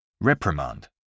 Reprimand